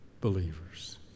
believers